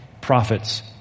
prophets